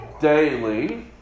Daily